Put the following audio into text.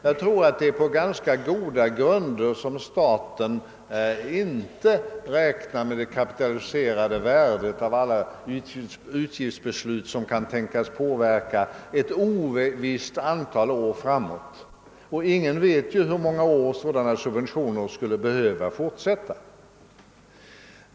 Jag tror det är på goda grunder som staten inte räknar med det kapitaliserade värdet av alla utgifter ett ovisst antal år framåt som kan tänkas påverkas av ett beslut. Och ingen vet för övrigt hur många år sådana här subventioner skulle behöva fortsätta.